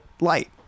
light